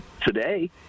Today